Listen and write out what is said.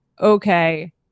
okay